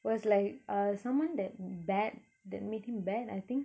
was like uh someone that bad that made him bad I think